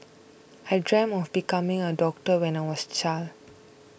I dreamt of becoming a doctor when I was a child